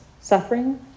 suffering